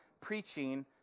preaching